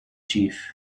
chief